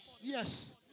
Yes